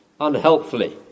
unhelpfully